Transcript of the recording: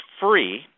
free